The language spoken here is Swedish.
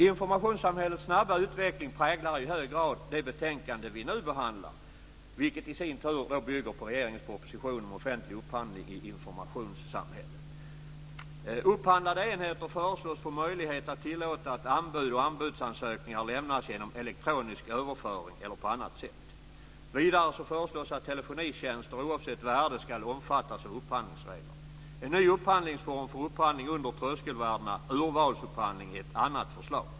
Informationssamhällets snabba utveckling präglar i hög grad det betänkande som vi nu behandlar, vilket i sin tur bygger på regeringens proposition Offentlig upphandling i informationssamhället. Upphandlande enheter föreslås få möjlighet att tillåta att anbud och anbudsdansökningar lämnas genom elektronisk överföring eller på annat sätt. Vidare föreslås att telefonitjänster oavsett värde ska omfattas av upphandlingsreglerna. En ny upphandlingsform för upphandling under tröskelvärdena, urvalsupphandling, är ett annat förslag.